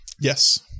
Yes